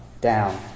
down